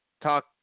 talk